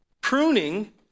Pruning